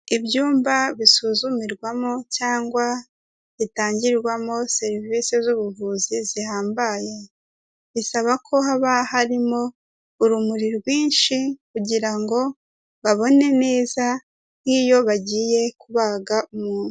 Ibyumba bisuzumirwamo cyangwa bitangirwamo serivisi z'ubuvuzi zihambaye. Zisaba ko haba harimo urumuri rwinshi kugira ngo babone neza nk'iyo bagiye kubaga umuntu.